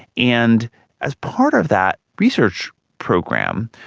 and as part of that research program,